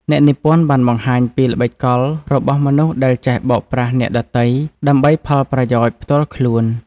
អ្នកនិពន្ធបានបង្ហាញពីល្បិចកលរបស់មនុស្សដែលចេះបោកប្រាស់អ្នកដទៃ ដើម្បីផលប្រយោជន៍ផ្ទាល់ខ្លួន។